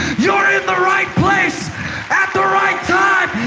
you're in the right place at the right time.